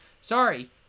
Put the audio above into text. Sorry